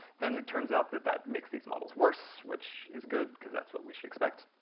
then it turns out that that makes these models worse, which is good, cause that's what we should expect.